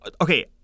Okay